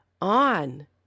on